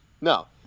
No